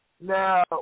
Now